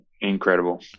incredible